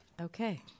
Okay